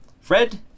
Fred